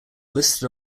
listed